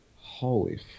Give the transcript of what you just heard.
Holy